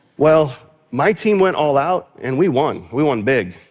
well, my team went all out and we won, we won big,